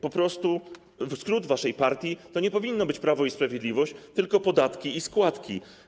Po prostu skrót waszej partii nie powinien być od Prawo i Sprawiedliwość, tylko od podatki i składki.